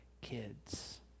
kids